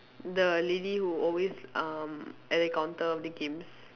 the lady who always um at the counter of the games